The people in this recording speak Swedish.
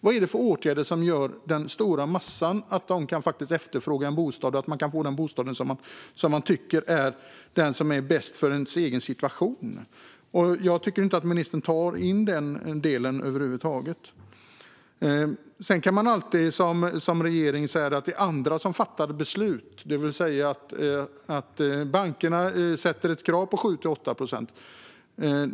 Vad är det för åtgärder som gör att den stora massan kan efterfråga en bostad och att man kan få den bostad som man tycker är bäst för den egna situationen? Jag tycker inte att ministern tar in den delen över huvud taget. Man kan alltid som regering säga att det är andra som fattar beslut och att bankerna ställer krav på 7-8 procent.